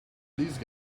least